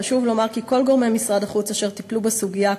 חשוב לומר כי כל גורמי משרד החוץ אשר טיפלו בסוגיה,